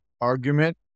argument